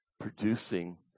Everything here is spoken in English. producing